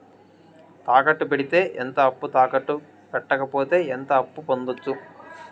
తాకట్టు పెడితే ఎంత అప్పు, తాకట్టు పెట్టకపోతే ఎంత అప్పు పొందొచ్చు?